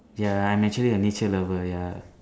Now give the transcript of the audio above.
ya I'm actually a nature lover ya